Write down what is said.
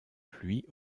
pluie